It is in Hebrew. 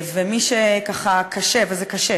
ומי שככה, קשה, וזה קשה,